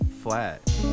flat